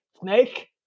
snake